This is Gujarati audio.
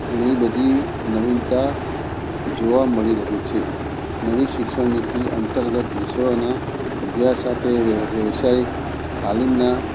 ઘણી બધી નવીનતા જોવા મળી રહી છે નવી શિક્ષણનીતિ અંતર્ગત વિશ્વના અભ્યાસ સાથે વહેંચાઈ તાલીમના